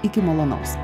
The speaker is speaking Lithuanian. iki malonaus